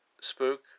spook